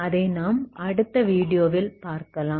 அதை நாம் அடுத்த வீடியோவில் பார்க்கலாம்